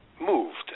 moved